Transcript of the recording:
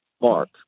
Mark